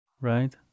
Right